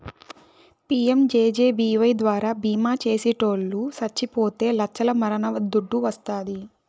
PMJJBY ద్వారా బీమా చేసిటోట్లు సచ్చిపోతే లచ్చల మరణ దుడ్డు వస్తాది